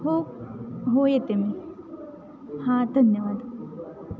हो हो येते मी हां धन्यवाद